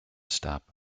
stop